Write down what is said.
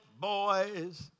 boy's